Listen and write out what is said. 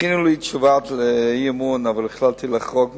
הכינו לי תשובה לאי-אמון אבל החלטתי לחרוג מזה.